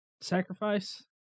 sacrifice